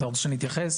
אתה רוצה שאני אתייחס?